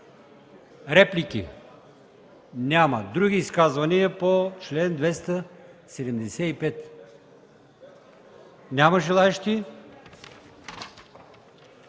Реплики? Няма. Други изказвания по чл. 275? Няма желаещи.